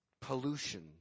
pollution